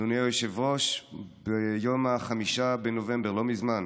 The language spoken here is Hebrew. אדוני היושב-ראש, ביום 5 בנובמבר, לא מזמן,